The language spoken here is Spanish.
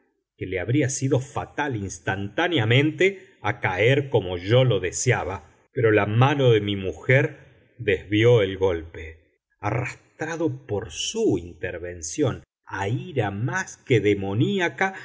que le habría sido fatal instantáneamente a caer como yo lo deseaba pero la mano de mi mujer desvió el golpe arrastrado por su intervención a ira más que demoniaca